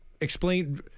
Explain